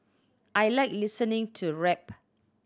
I like listening to rap